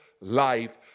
life